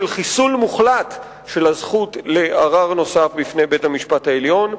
חיסול מוחלט של הזכות לערר נוסף בפני בית-המשפט העליון.